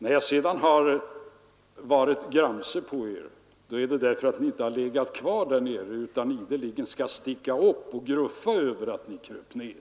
Att jag sedan har varit gramse på er beror på att ni inte har legat kvar där nere utan ideligen skall sticka upp och gruffa över att ni kröp ner.